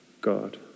God